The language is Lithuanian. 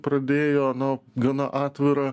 pradėjo na gana atvirą